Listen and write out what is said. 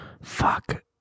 Fuck